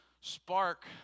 spark